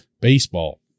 baseball